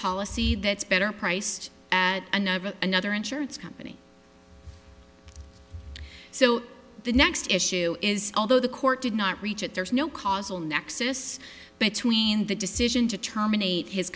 policy that's better priced another insurance company so the next issue is although the court did not reach it there is no causal nexus between the decision to terminate his